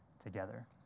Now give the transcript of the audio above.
Together